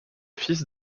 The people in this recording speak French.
fils